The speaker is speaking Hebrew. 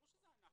ברור שזה אנחנו.